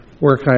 work